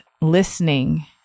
listening